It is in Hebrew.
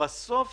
בסוף